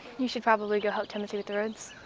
you should probably go help timothy with the roads.